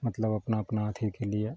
मतलब अपना अपना अथीके लिए